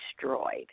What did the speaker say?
destroyed